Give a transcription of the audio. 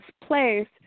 place